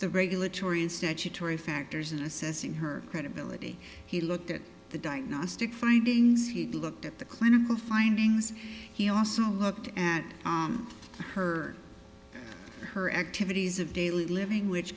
the regulatory and statutory factors in assessing her credibility he looked at the diagnostic findings he'd looked at the clinical findings he also looked at her or her activities of daily living which